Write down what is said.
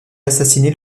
assassiné